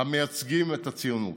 המייצגים את הציונות.